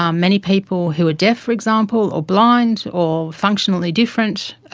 um many people who are deaf, for example, or blind or functionally different,